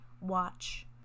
watch